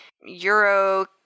Euro-